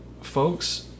folks